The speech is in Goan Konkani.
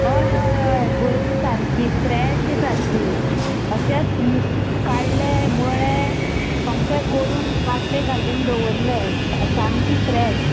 हय हय हय बरी सारकी फ्रॅश सारकी अशेंच तूं काडले मळे सोमते करून बाटले घालून दवरले सामकी फ्रॅश